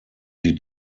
die